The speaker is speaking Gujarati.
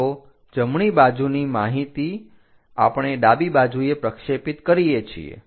તો જમણી બાજુની માહિતી આપણે ડાબી બાજુએ પ્રક્ષેપિત કરીએ છીએ